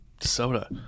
soda